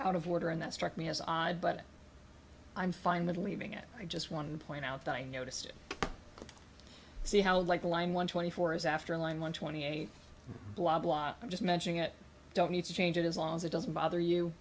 out of order and that struck me as odd but i'm fine with leaving it i just want to point out that i noticed it see how like the line one twenty four is after line one twenty eight blah blah i'm just mentioning it don't need to change it as long as it doesn't bother you